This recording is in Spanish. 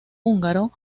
húngaro